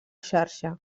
xarxa